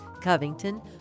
Covington